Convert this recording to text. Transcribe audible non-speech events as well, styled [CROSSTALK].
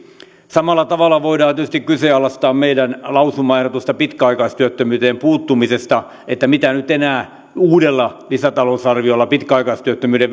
samalla tavalla voidaan tietysti kyseenalaistaa meidän lausumaehdotustamme pitkäaikaistyöttömyyteen puuttumisesta että mitä nyt enää uudella lisätalousarviolla pitkäaikaistyöttömyyden [UNINTELLIGIBLE]